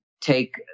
take